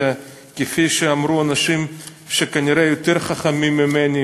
שכפי שאמרו אנשים שהם כנראה יותר חכמים ממני,